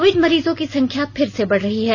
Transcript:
Covid मरीजों की संख्या फिर से बढ़ रही है